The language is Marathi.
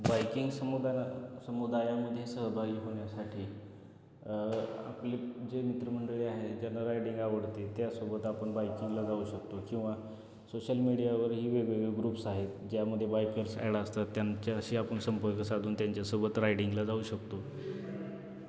बाईकिंग समुदाय समुदायामध्ये सहभागी होण्यासाठी आपले जे मित्रमंडळी आहे ज्यांना रायडिंग आवडते त्यासोबत आपण बाईकिंगला जाऊ शकतो किंवा सोशल मीडियावरही वेगवेगळे ग्रुप्स आहेत ज्यामध्ये बायकर्स साइट असतात त्यांच्याशी आपण संपर्क साधून त्यांच्यासोबत रायडिंगला जाऊ शकतो